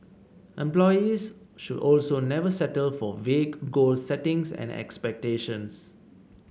employees should also never settle for vague goal settings and expectations